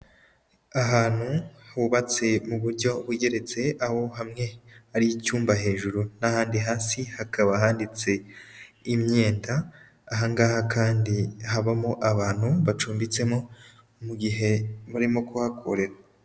Ahantu hubatse mu buryo bugeretse, aho hamwe hari icyumba hejuru n'ahandi hasi hakaba hanitse imyenda, aha ngaha kandi habamo abantu bacumbitsemo mu gihe barimo kuhakorera.